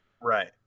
right